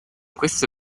questo